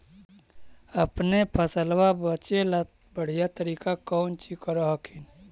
अपने फसलबा बचे ला बढ़िया तरीका कौची कर हखिन?